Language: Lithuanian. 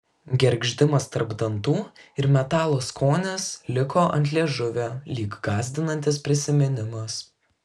gergždimas tarp dantų ir metalo skonis liko ant liežuvio lyg gąsdinantis prisiminimas